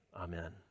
Amen